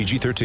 PG-13